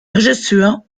regisseur